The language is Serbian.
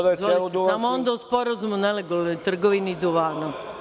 Dobro, samo onda o Sporazumu o nelegalnoj trgovini i duvani.